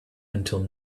until